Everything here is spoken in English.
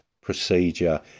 procedure